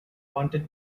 wanted